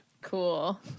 Cool